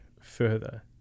further